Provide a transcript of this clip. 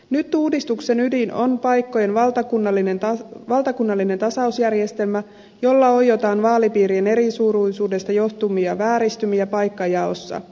nyt uudistuksen ydin on paikkojen valtakunnallinen tasausjärjestelmä jolla oiotaan vaalipiirien erisuuruisuudesta johtuvia vääristymiä paikkajaossa